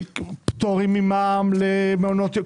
פטורים ממע"מ למעונות יום.